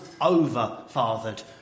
over-fathered